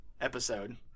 episode